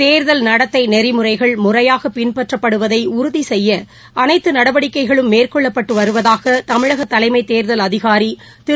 தேர்தல் நடத்தைநெறிமுறைகள் முறையாகபின்பற்றப்படுவதைஉறுதிசெய்ய அனைத்துநடவடிக்கைகளும் மேற்கொள்ளப்பட்டுவருவதாகதமிழகதலைமைத் தேர்தல் அதிகாரிதிரு